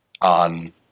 on